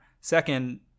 Second